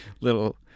little